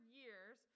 years